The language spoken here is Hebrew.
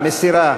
מורידה, מסירה.